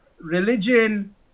religion